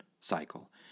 cycle